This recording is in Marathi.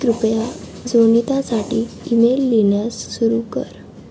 कृपया जोनितासाठी ईमेल लिहिण्यास सुरू कर